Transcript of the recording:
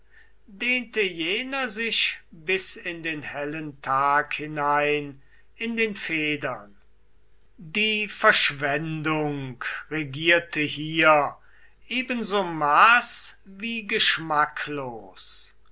jener sich bis in den hellen tag hinein in den feldern die verschwendung regierte hier ebenso maß wie geschmacklos